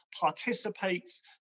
participates